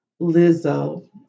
Lizzo